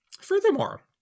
Furthermore